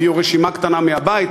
הביאו רשימה קטנה מהבית,